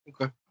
Okay